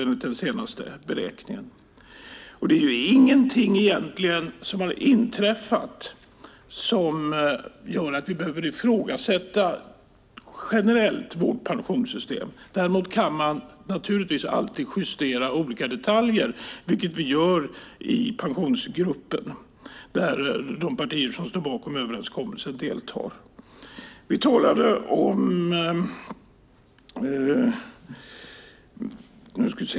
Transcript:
Egentligen har ingenting inträffat som gör att vi generellt behöver ifrågasätta vårt pensionssystem. Däremot kan olika detaljer naturligtvis alltid justeras, vilket vi gör i pensionsgruppen där de partier som står bakom överenskommelsen deltar.